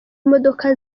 imodoka